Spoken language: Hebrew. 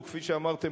כפי שאמרתם,